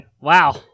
Wow